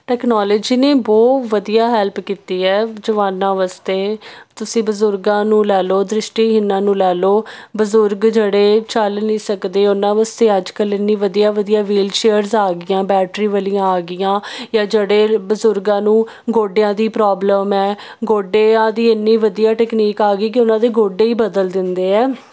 technology ਨੇ ਬਹੁਤ ਵਧੀਆ ਹੈਲਪ ਕੀਤੀ ਹੈ ਜਵਾਨਾ ਵਾਸਤੇ ਤੁਸੀਂ ਬਜ਼ੁਰਗਾਂ ਨੂੰ ਲੈ ਲਓ ਦ੍ਰਿਸ਼ਟੀਹੀਨ ਨੂੰ ਲੈ ਲਓ ਬਜ਼ੁਰਗ ਜਿਹੜੇ ਚੱਲ ਨਹੀਂ ਸਕਦੇ ਉਹਨਾਂ ਵਾਸਤੇ ਅੱਜ ਕੱਲ ਇੰਨੀ ਵਧੀਆ ਵੀਲ ਚੇਅਰਸ ਆ ਗਈਆਂ ਬੈਟਰੀ ਵਾਲੀਆਂ ਆ ਗਈਆਂ ਜਾਂ ਜਿਹੜੇ ਬਜ਼ੁਰਗਾਂ ਨੂੰ ਗੋਡਿਆਂ ਦੀ ਪ੍ਰੋਬਲਮ ਹੈ ਗੋਡਿਆਂ ਦੀ ਇਨੀ ਵਧੀਆ ਟਕਨੀਕ ਆ ਗਈ ਕਿ ਉਹਨਾਂ ਦੇ ਗੋਡੇ ਹੀ ਬਦਲ ਦਿੰਦੇ ਆ